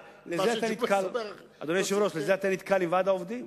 אדוני היושב-ראש, בזה אתה נתקל בוועד העובדים.